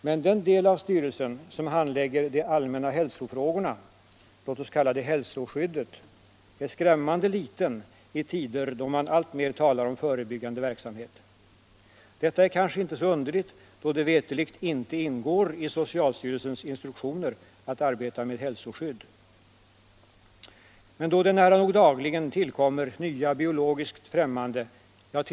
Men den del av styrelsen som handlägger de allmänna hälsofrågorna — låt oss kalla det hälsoskyddet - är skrämmande liten i tider då man alltmer talar om förebyggande verksamhet. Detta är kanske inte så underligt, då det veterligt inte ingår i socialstyrelsens instruktioner att arbeta med hälsoskydd. Men då det nära nog dagligen tillkommer nya, biologiskt främmande - ja, ti.